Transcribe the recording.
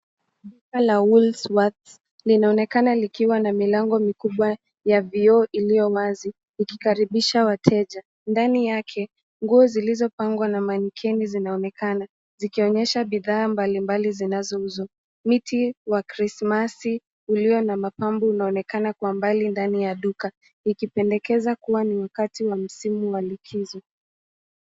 Duka la Woolsworths linaonekana likiwa na milango mikubwa ya vioo iliyo wazi ikikaribisha wateja. Ndani yake, nguo zilizopangwa na malikeni zinaonekana zikionyesha bidhaa mbalimbali zinazouzwa. Miti wa krismasi ulio na mapambo unaonekana kwa mbali ndani ya duka ikipendekeza kuwa ni wakati wa musimu wa likizo .